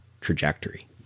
trajectory